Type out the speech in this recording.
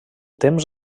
temps